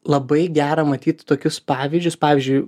labai gera matyti tokius pavyzdžius pavyzdžiui